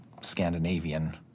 Scandinavian